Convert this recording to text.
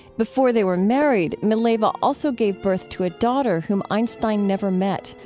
before they were married, mileva also gave birth to a daughter whom einstein never met.